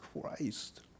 Christ